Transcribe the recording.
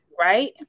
Right